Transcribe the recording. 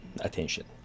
attention